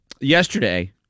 Yesterday